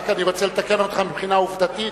רק אני רוצה לתקן אותך מבחינה עובדתית,